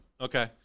Okay